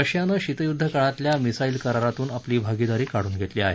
रशियानं शितयुद्ध काळातल्या मिसाईल करारातून आपली भागीदारी काढून घेतली आहे